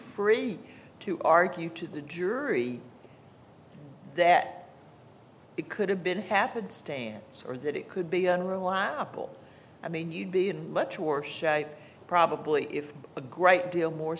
free to argue to the jury that it could have been happenstance or that it could be unreliable i mean you'd be in much worse shape probably if a great deal more